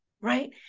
right